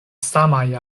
samaj